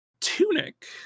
tunic